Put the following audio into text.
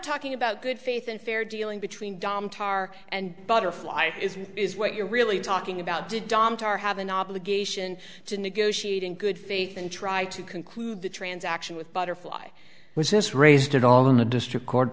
talking about good faith and fair dealing between dom tar and butterfly is what you're really talking about did dom tar have an obligation to negotiate in good faith and try to conclude the transaction with butterfly was this raised at all in a district court